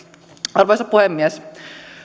arvoisa puhemies